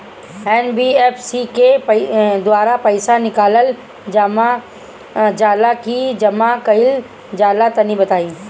NBFC के द्वारा पईसा निकालल जला की जमा कइल जला तनि बताई?